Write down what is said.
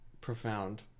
profound